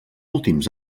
últims